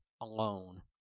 alone